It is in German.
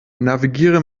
navigiere